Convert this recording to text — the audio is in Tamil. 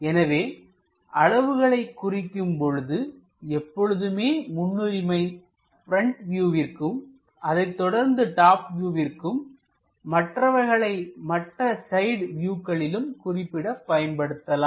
எனவே அளவுகளைக் குறிக்கும் பொழுது எப்பொழுதுமே முன்னுரிமை பிரண்ட் வியூவிற்கும் அதைத்தொடர்ந்து டாப் வியூவிற்கும் மற்றவைகளை மற்ற சைடு வியூகளிலும் குறிக்கப் பயன்படுத்தலாம்